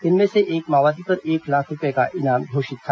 इनमें से एक माओवादी पर एक लाख रूपये का इनाम घोषित था